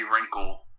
wrinkle